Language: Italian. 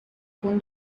con